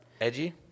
Edgy